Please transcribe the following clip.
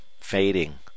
fading